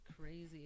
crazy